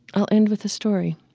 i'll end with a story.